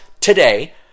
today